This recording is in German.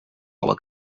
aber